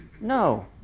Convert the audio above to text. No